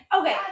Okay